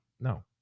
No